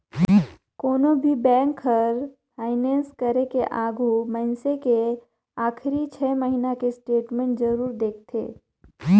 कोनो भी बेंक हर फाइनेस करे के आघू मइनसे के आखरी छे महिना के स्टेटमेंट जरूर देखथें